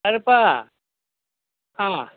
ಯಾರಪ್ಪ ಹಾಂ